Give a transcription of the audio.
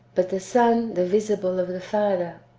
but the son the visible of the father.